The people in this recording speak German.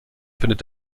findet